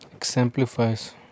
exemplifies